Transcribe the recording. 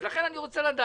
אז לכן אני רוצה לדעת.